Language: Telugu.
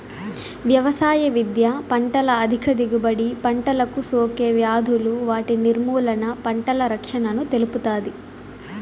వ్యవసాయ విద్య పంటల అధిక దిగుబడి, పంటలకు సోకే వ్యాధులు వాటి నిర్మూలన, పంటల రక్షణను తెలుపుతాది